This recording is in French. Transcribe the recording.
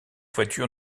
voiture